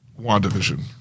WandaVision